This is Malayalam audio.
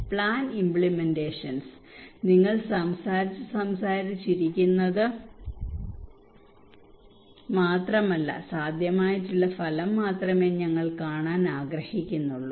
പ്ലാൻ ഇമ്പ്ലിമെന്റഷന്സ് നിങ്ങൾ സംസാരിച്ചു സംസാരിച്ചു സംസാരിച്ചു ഇരിക്കുന്നത് മാത്രമല്ല സാധ്യമായ ചില ഫലം മാത്രമേ ഞങ്ങൾ കാണാൻ ആഗ്രഹിക്കുന്നുള്ളൂ